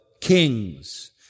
kings